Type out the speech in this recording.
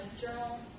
journal